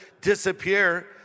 disappear